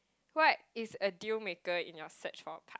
what is a deal maker in your search for a part~